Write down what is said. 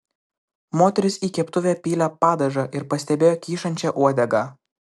moteris į keptuvę pylė padažą ir pastebėjo kyšančią uodegą